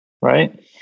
Right